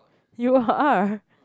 you are